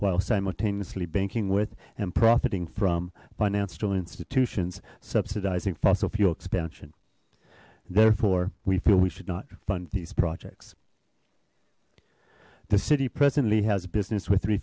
while simultaneously banking with and profiting from financial institutions subsidizing fossil fuel expansion therefore we feel we should not fund these projects the city presently has business with three